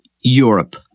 Europe